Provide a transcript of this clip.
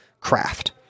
craft